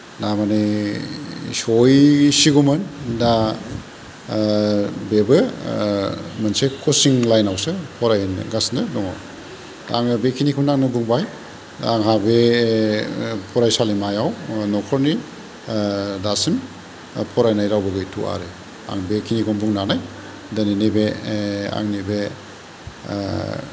ना माने सहैसिगौमोन दा बेबो मोनसे कचिं लाइनावसो फरायहैगासिनो दङ दा आङो बेखिनिखौनो आङो बुंबाय आंहा बे फरायसालिमायाव नखरनि दासिम फरायनाय रावबो गैथ'वा आरो आं बेखिनिखौनो बुंनानै दोनैनि बे आंनि बे